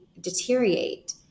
deteriorate